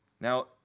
now